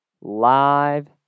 Live